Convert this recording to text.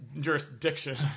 Jurisdiction